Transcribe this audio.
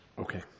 Okay